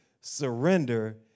surrender